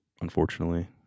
unfortunately